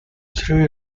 three